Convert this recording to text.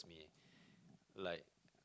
like